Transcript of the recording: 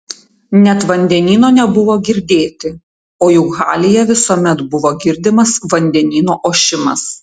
net vandenyno nebuvo girdėti o juk halyje visuomet buvo girdimas vandenyno ošimas